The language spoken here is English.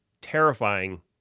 Terrifying